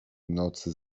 nocy